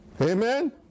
Amen